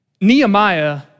Nehemiah